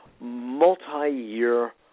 multi-year